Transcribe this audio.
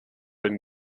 been